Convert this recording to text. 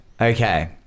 Okay